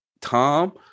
Tom